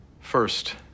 First